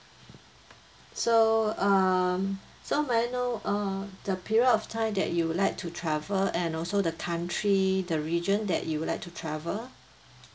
so um so may I know err the period of time that you would like to travel and also the country the region that you would like to travel